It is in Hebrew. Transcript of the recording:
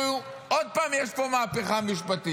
כאילו עוד פעם יש פה מהפכה משפטית,